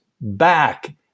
back